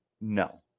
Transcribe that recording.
No